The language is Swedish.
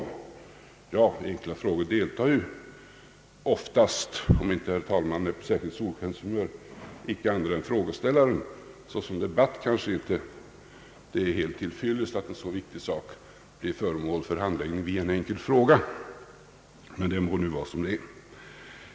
I diskussioner rörande enkla frågor deltar oftast — om inte herr talmannen är på särskilt solskenshumör — icke andra än statsrådet och frågeställaren; såsom debatt kanske det inte är helt till fyllest att en så viktig sak behandlas i samband med en enkel fråga — men det må nu vara som det är.